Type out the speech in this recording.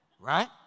Right